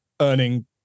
earning